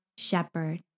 Shepherd